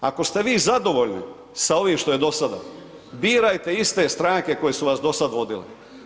Ako ste vi zadovoljni sa ovim što je do sada, birajte iste stranke koje su vas do sad vodile.